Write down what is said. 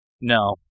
No